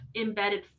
embedded